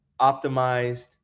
optimized